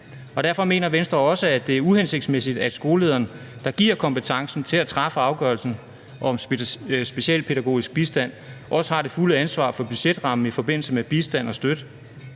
Derfor mener Venstre også, at det er uhensigtsmæssigt, at skolelederen, der giver kompetencen til at træffe afgørelsen om specialpædagogisk bistand, også har det fulde ansvar for budgetrammen i forbindelse med bistand og støtte,